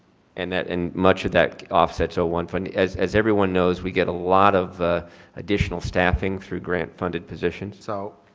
and that and much of that offsets are one fund. as as everyone knows, we get a lot of additional staffing through grant funded positions. so,